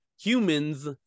humans